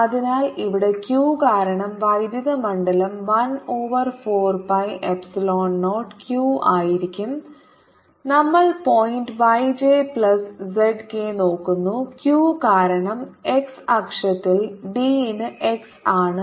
അതിനാൽ ഇവിടെ q കാരണം വൈദ്യുത മണ്ഡലം 1 ഓവർ 4 pi എപ്സിലോൺ 0 q ആയിരിക്കും നമ്മൾ point y j plus z k നോക്കുന്നു q കാരണം x അക്ഷത്തിൽ D ന് x ആണ്